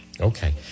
Okay